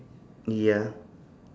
ya